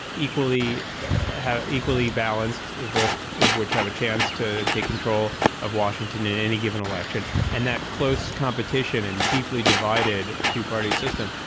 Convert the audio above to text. equally equally balanced, both of which have a chance to take control of washington at any given election and that close competition in deeply divided two party system.